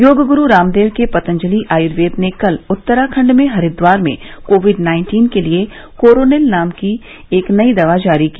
योग गुरू रामदेव के पतंजलि आयूर्वेद ने कल उत्तराखंड में हरिद्वार में कोविड नाइन्टीन के लिए कोरोनिल नाम की एक नई दवा जारी की